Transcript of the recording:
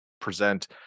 present